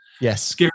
yes